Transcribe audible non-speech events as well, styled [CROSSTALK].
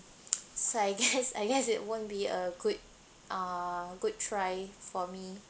so I guess [LAUGHS] I guess it won't be a good uh a good try for me